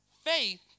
faith